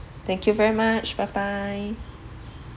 thank you very much bye bye